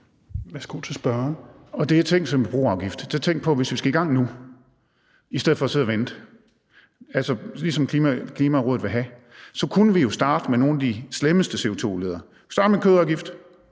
Torsten Gejl (ALT): Og det er ting som en broafgift, og der tænker jeg, at hvis vi skal i gang nu, i stedet for at sidde og vente, altså ligesom Klimarådet vil have, så kunne vi jo starte med nogle af de slemmeste CO2-udledere. Vi kunne starte med en kødafgift,